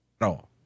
No